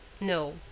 No